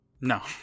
No